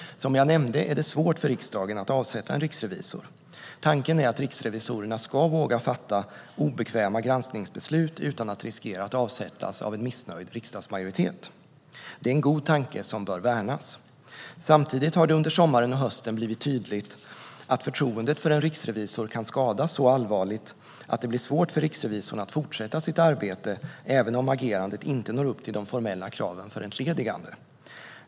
Som jag nämnde är det svårt för riksdagen att avsätta en riksrevisor. Tanken är att riksrevisorerna ska våga fatta obekväma granskningsbeslut utan att riskera att avsättas av en missnöjd riksdagsmajoritet. Det är en god tanke som bör värnas. Samtidigt har det under sommaren och hösten blivit tydligt att förtroendet för en riksrevisor kan skadas så allvarligt att det blir svårt för riksrevisorn att fortsätta sitt arbete, även om agerandet inte når upp till de formella kraven för entledigande.